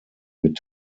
mit